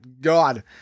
God